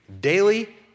Daily